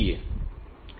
તેથી 5